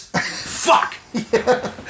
Fuck